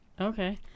Okay